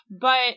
but-